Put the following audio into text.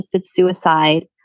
suicide